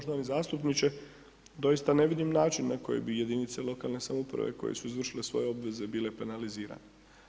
Poštovani zastupniče, doista ne vidim način na koji bi jedinice lokalne samouprave koje su izvršile svoje obveze bile penalizirane.